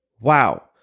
Wow